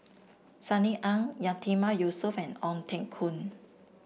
Sunny Ang Yatiman Yusof and Ong Teng Koon